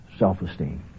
self-esteem